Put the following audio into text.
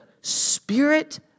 spirit